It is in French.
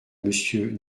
monsieur